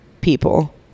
people